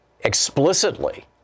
explicitly